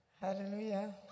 hallelujah